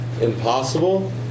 impossible